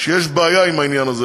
שיש בעיה עם העניין הזה.